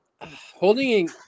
holding